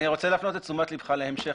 אני רוצה להפנות את תשומת לבך להמשך.